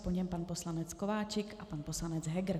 Po něm pan poslanec Kováčik a pan poslanec Heger.